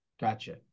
Gotcha